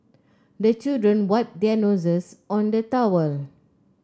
the children wipe their noses on the towel